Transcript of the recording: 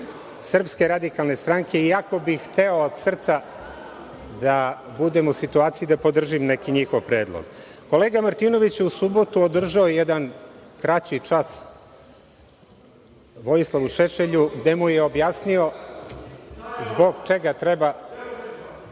stranke i kolegom Đorđem, iako bih hteo od srca da budem u situaciji da podržim neki njihov predloga. Kolega Martinović je u subotu održao jedan kraći čas Vojislavu Šešelju gde mu je objasnio zbog čega treba